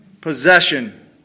possession